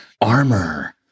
armor